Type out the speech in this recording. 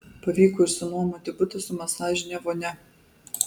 pavyko išsinuomoti butą su masažine vonia